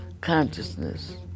consciousness